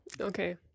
Okay